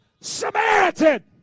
Samaritan